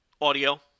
Audio